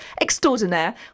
extraordinaire